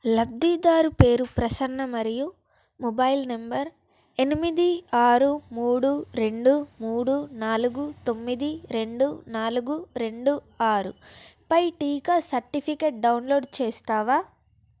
లబ్ధిదారు పేరు ప్రసన్న మరియు మొబైల్ నంబర్ ఎనిమిది ఆరు మూడు రెండు మూడు నాలుగు తొమ్మిది రెండు నాలుగు రెండు ఆరుపై టీకా సర్టిఫికేట్ డౌన్లోడ్ చేస్తావా